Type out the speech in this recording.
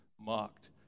mocked